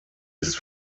ist